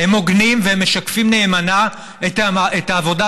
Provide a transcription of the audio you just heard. הם הוגנים והם משקפים נאמנה את העבודה